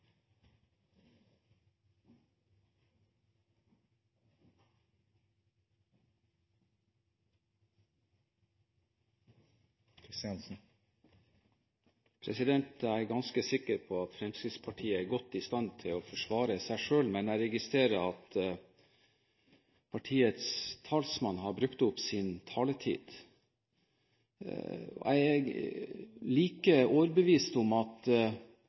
er ganske sikker på at Fremskrittspartiet er godt i stand til å forsvare seg selv. Men jeg registrerer at partiets talsmann har brukt opp sin taletid. Jeg er overbevist om at